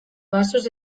basoz